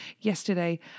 yesterday